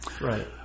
Right